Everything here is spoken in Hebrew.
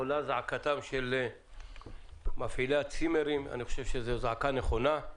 עולה זעקתם של מפעילי הצימרים ואני חושב שהיא זעקה נכונה.